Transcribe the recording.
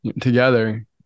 together